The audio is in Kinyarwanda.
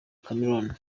cameroun